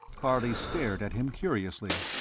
harley stared at him curiously.